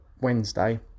wednesday